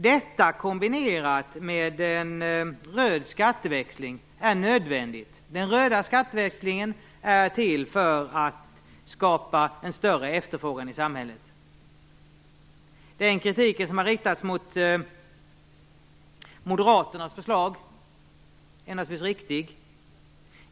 Detta kombinerat med en röd skatteväxling är nödvändigt. Den röda skatteväxlingen är till för att skapa en större efterfrågan i samhället. Den kritik som har riktats mot moderaternas förslag är naturligtvis riktig.